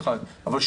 מאוד,